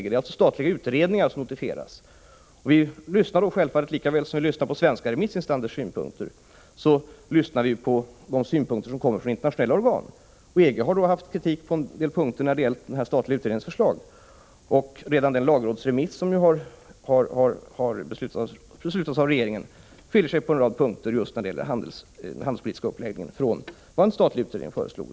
Det är alltså statliga utredningar som notificeras. Lika väl som vi lyssnar på svenska remissinstansers synpunkter lyssnar vi självfallet också på de synpunkter som kommer från internationella organ. EG har framfört kritik på en del punkter när det gällt den här statliga utredningens förslag. Redan den lagrådsremiss som beslutats av regeringen skiljer sig på en rad punkter just när det gäller den handelspolitiska uppläggningen från vad en statlig utredning föreslog.